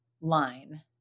line